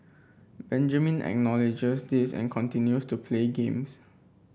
Benjamin acknowledges this and continues to play games